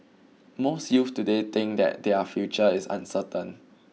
most youths today think that their future is uncertain